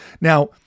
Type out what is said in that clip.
Now